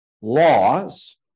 laws